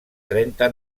trenta